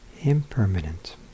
Impermanent